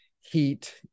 heat